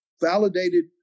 validated